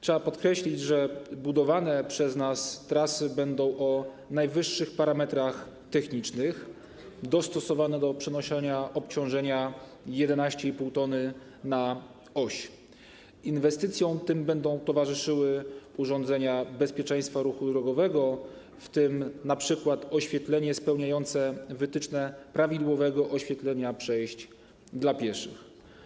Trzeba podkreślić, że budowane przez nas trasy będą o najwyższych parametrach technicznych, dostosowane do przenoszenia obciążenia 11,5 t na oś. Inwestycjom tym będą towarzyszyły urządzenia bezpieczeństwa ruchu drogowego, w tym np. oświetlenie spełniające wytyczne prawidłowego oświetlenia przejść dla pieszych.